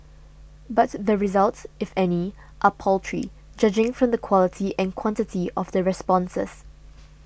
but the results if any are paltry judging from the quality and quantity of the responses